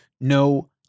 No